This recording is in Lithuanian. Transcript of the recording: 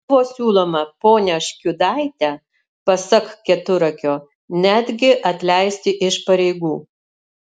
buvo siūloma ponią škiudaitę pasak keturakio netgi atleisti iš pareigų